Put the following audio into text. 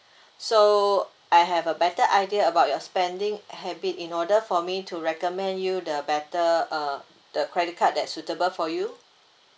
so I have a better idea about your spending habit in order for me to recommend you the better uh the credit card that suitable for you